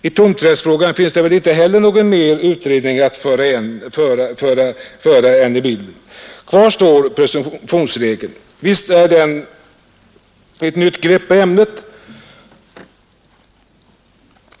I tomträttsfrågan finns det väl inte heller någon mer utredning att föra in i bilden. Kvar står presumtionsregeln. Visst är den ett nytt grepp på ämnet.